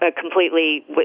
completely